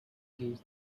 gives